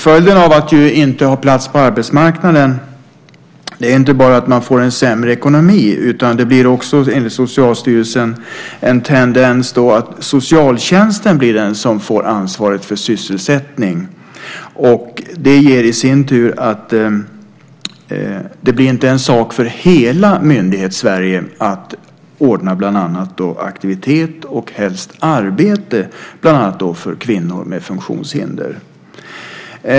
Följden av att inte ha en plats på arbetsmarknaden är inte enbart sämre ekonomi utan enligt Socialstyrelsen finns det också en tendens att socialtjänsten blir den som får ansvaret för sysselsättningen. Det i sin tur innebär att det inte blir en sak för hela Myndighets-Sverige att ordna aktivitet, och helst arbete, för bland annat kvinnor med funktionshinder.